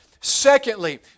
Secondly